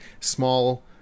small